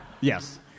Yes